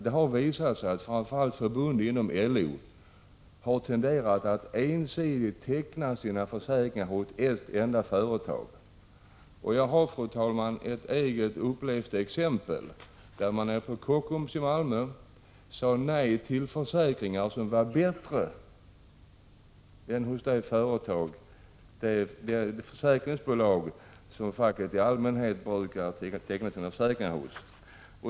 Det har visat sig att framför allt förbund inom LO har tenderat att ensidigt teckna sina försäkringar hos ett enda företag. Jag har ett självupplevt exempel. På Kockums i Malmö sade man nej till försäkringar som var bättre än hos det försäkringsbolag som facket i allmänhet brukar teckna sina försäkringar hos.